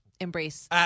embrace